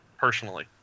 Personally